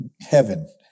heaven